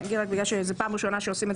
אני אגיד רק בגלל שזו פעם ראשונה שעושים את